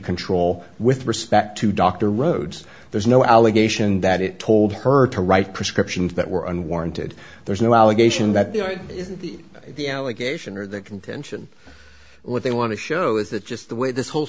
control with respect to dr rhodes there's no allegation that it told her to write prescriptions that were unwarranted there's no allegation that there is the allegation or the contention what they want to show is that just the way this whole